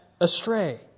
astray